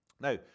Now